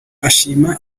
ashima